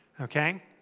okay